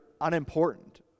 unimportant